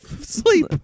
sleep